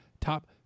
top